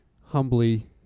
humbly